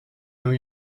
new